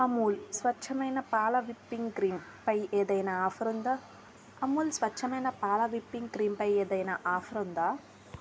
అమూల్ స్వచ్చమైన పాల whipping cream పై ఏదైనా ఆఫర్ ఉందా అమూల్ స్వచ్చమైన పాల విప్పింగ్ క్రీమ్ పై ఏదైనా ఆఫర్ ఉందా